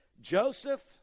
joseph